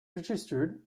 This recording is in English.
registered